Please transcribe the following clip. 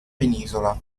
penisola